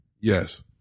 Yes